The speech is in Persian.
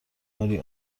کاری